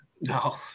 No